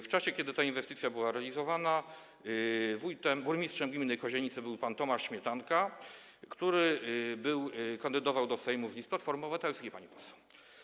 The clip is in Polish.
W czasie kiedy ta inwestycja była realizowana, burmistrzem gminy Kozienice był pan Tomasz Śmietanka, który kandydował do Sejmu z list Platformy Obywatelskiej, pani poseł.